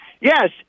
yes